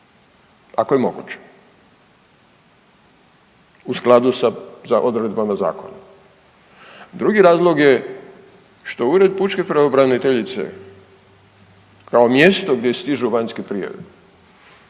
ako je moguće u skladu sa odredbama zakona. Drugi razlog je što Ured pučke pravobraniteljice kao mjesto gdje stižu vanjske prijave,